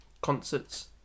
concerts